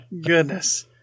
Goodness